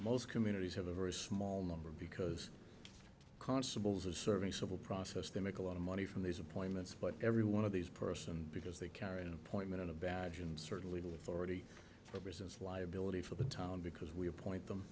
most communities have a very small number because constables are serving civil process they make a lot of money from these appointments but every one of these person because they carry an appointment in a badge and certainly the authority for business liability for the town because we appoint them